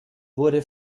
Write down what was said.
wurde